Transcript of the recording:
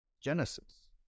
Genesis